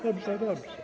Dobrze, dobrze.